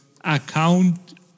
account